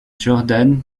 jordan